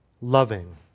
loving